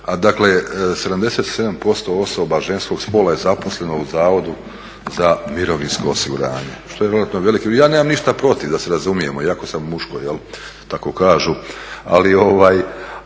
Dakle, 77% osoba ženskog spola je zaposleno u Zavodu za mirovinsko osiguranje što je vjerojatno veliki. Ja nemam ništa protiv da se razumijemo iako sam muško, tako kažu